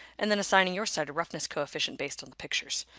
and then assigning your site a roughness coefficient based on the pictures.